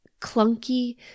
clunky